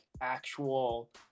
actual